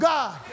God